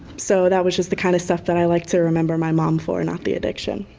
so that was just the kind of stuff that i like to remember my mom for, not the addiction.